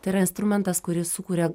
tai yra instrumentas kuris sukuria